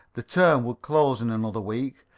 the term would close in another week,